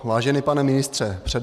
Vážený pane ministře, před